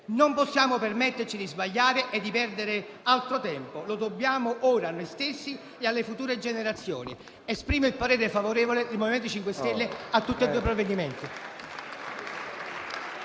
Non possiamo permetterci di sbagliare e di perdere altro tempo. Lo dobbiamo ora a noi stessi e alle future generazioni. Dichiaro il voto favorevole del MoVimento 5 Stelle a entrambi i provvedimenti